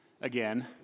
again